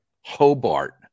Hobart